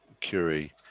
Curie